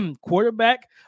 quarterback